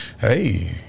hey